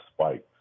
spikes